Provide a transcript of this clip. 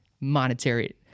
monetary